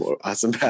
awesome